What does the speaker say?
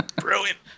Brilliant